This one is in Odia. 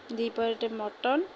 ଦୁଇ ପ୍ଲେଟ୍ ମଟନ୍